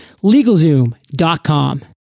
LegalZoom.com